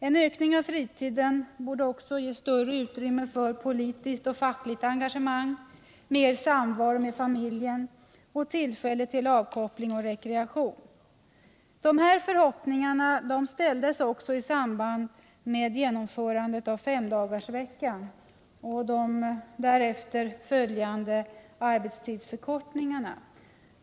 En ökning av fritiden borde också ge större utrymme för politiskt och fackligt engagemang, mer samvaro med familjen och tillfälle till avkoppling och rekreation. Dessa förhoppningar ställdes även i samband med genomförandet av femdagarsveckan och de därefter följande arbetstidsförkortningarna.